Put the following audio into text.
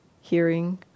hearing